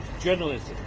journalism